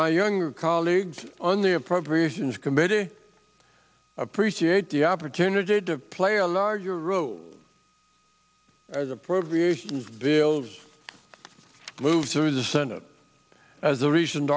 my younger colleagues on the appropriations committee appreciate the opportunity to play a larger role as appropriations bills move through the senate as a recent